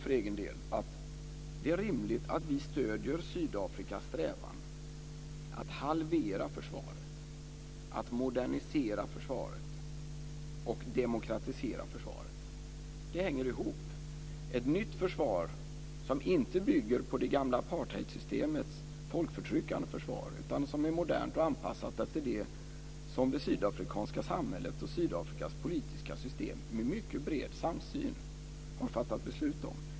För egen del tycker jag att det är rimligt att vi stöder Sydafrikas strävan att halvera försvaret, att modernisera försvaret och att demokratisera försvaret. Det hänger ihop. Det handlar om ett nytt försvar, något som inte bygger på det gamla apartheidsystemets folkförtryckande försvar utan som är modernt och anpassat till det som det sydafrikanska samhället och Sydafrikas politiska system med mycket bred samsyn har fattat beslut om.